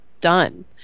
done